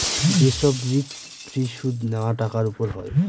যে সব risk free সুদ নেওয়া টাকার উপর হয়